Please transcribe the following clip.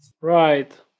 Right